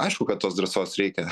aišku kad tos drąsos reikia